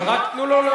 אבל רק תנו לו,